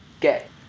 get